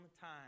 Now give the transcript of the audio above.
time